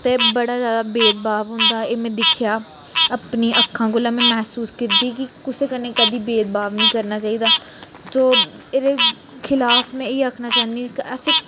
ते बड़ा ज्यादा भेदभाव होंदा एह् में दिक्खेआ अपनी अक्खां कोलां में मैह्सूस कीती कि कुसै कन्नै कदें भेदभाव नी करना चाहिदा जो एह्दे खिलाफ में इ'यै आखनां चाह्न्नी कि असें